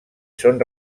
són